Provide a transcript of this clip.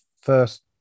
first